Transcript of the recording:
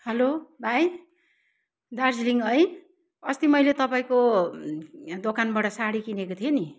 hello भाइ दार्जिलिङ है अस्ति मैले तपाईँको दोकानबाट साडी किनेको थिएँ नि